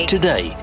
Today